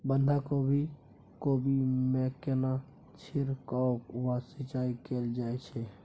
बंधागोभी कोबी मे केना छिरकाव व सिंचाई कैल जाय छै?